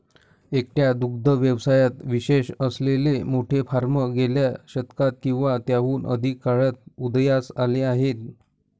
एकट्या दुग्ध व्यवसायात विशेष असलेले मोठे फार्म गेल्या शतकात किंवा त्याहून अधिक काळात उदयास आले आहेत